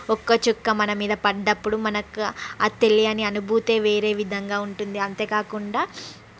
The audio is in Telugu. ఒక్క చుక్క మన మీద పడ్డప్పుడు మనకు ఆ తెలియని అనుభూతే వేరే విధంగా ఉంటుంది అంతే కాకుండా